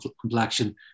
complexion